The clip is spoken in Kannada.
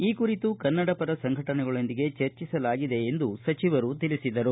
ಈ ಕುರಿತು ಕನ್ನಡಪರ ಸಂಘಟನೆಗಳೊಂದಿಗೆ ಚರ್ಚಿಸಲಾಗಿದೆ ಎಂದು ಸಚಿವರು ತಿಳಿಸಿದರು